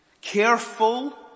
careful